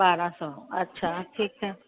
ॿाराहं सौ अच्छा ठीकु आहे